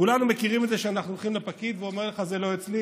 כולנו מכירים את זה שאנחנו הולכים לפקיד והוא אומר לך: זה לא אצלי,